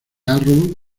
arrow